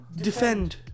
defend